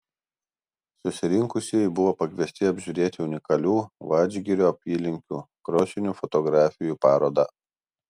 susirinkusieji buvo pakviesti apžiūrėti unikalių vadžgirio apylinkių krosnių fotografijų parodą